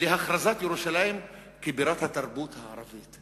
להכרזת ירושלים כבירת התרבות הערבית.